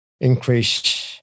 increase